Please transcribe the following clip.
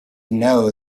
know